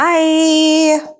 Bye